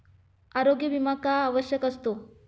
आरोग्य विमा का आवश्यक असतो?